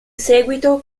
seguito